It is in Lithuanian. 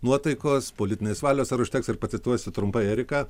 nuotaikos politinės valios ar užteks ir pacituosiu trumpai eriką